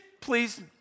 please